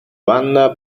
banda